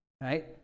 Right